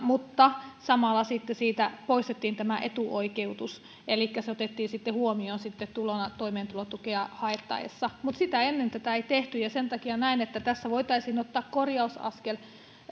mutta samalla lapsilisästä poistettiin tämä etuoikeutus elikkä se otettiin sitten huomioon tulona toimeentulotukea haettaessa mutta sitä ennen tätä ei tehty ja sen takia näen että tässä voitaisiin ottaa korjausaskel